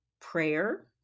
prayer